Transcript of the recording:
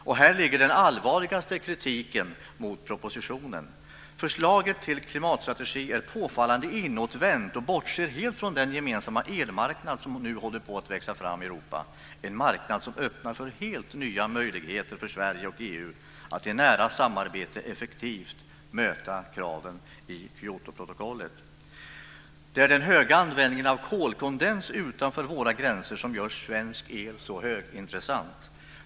Och här ligger den allvarligaste kritiken mot propositionen. Förslaget till klimatstrategi är påfallande inåtvänt och bortser helt från den gemensamma elmarknad som nu håller på att växa fram i Europa, en marknad som öppnar för helt nya möjligheter för Sverige och EU att i nära samarbete effektivt möta kraven i Kyotoprotokollet. Det är den höga användningen av kolkondens utanför våra gränser som gör svensk el så högintressant.